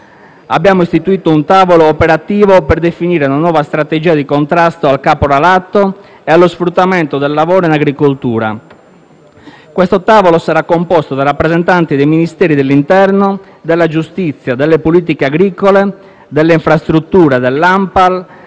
inoltre istituito un tavolo operativo per definire una nuova strategia di contrasto al caporalato e allo sfruttamento del lavoro in agricoltura. Questo tavolo sarà composto da rappresentanti dei Ministeri dell'interno, della giustizia, delle politiche agricole, delle infrastrutture e